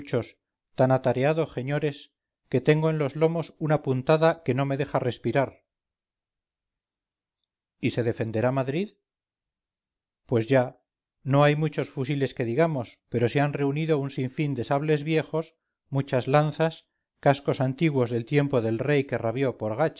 tan atareado jeñores que tengo en los lomos una puntada que no me deja respirar y se defenderá madrid pues ya no hay muchos fusiles que digamos pero se han reunido un sin fin de sables viejos muchas lanzas cascos antiguos del tiempo del rey que rabió por